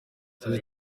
tuzi